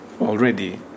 already